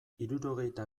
hirurogeita